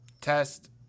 test